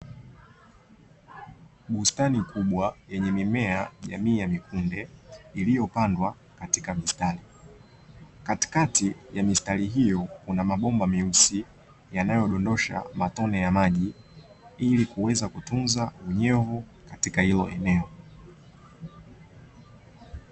Bustani kubwa yenye mimea jamii ya mikunde iliopandwa katika mistari. Katikati ya mistari hiyo kuna mabomba meusi yanayodondosha matone ya maji ili kuweza kukuza unyevu katika hilo eneo.